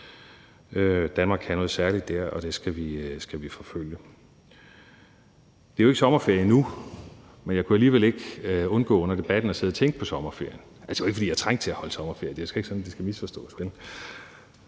Danmark kan noget særligt der, og det skal vi forfølge. Kl. 20:59 Det er jo ikke sommerferie endnu, men jeg kunne alligevel ikke undgå under debatten at sidde og tænke på sommerferie. Altså, det er jo ikke, fordi jeg sad og trængte til at holde sommerferie, sådan skal det ikke forstås.